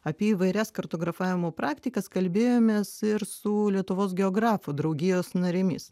apie įvairias kartografavimo praktikas kalbėjomės ir su lietuvos geografų draugijos narėmis